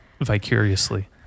Vicariously